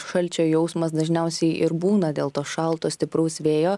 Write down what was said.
šalčio jausmas dažniausiai ir būna dėl to šalto stipraus vėjo